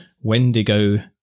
Wendigo